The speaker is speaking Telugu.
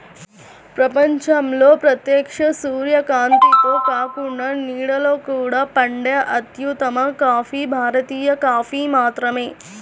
ప్రపంచంలో ప్రత్యక్ష సూర్యకాంతిలో కాకుండా నీడలో కూడా పండే అత్యుత్తమ కాఫీ భారతీయ కాఫీ మాత్రమే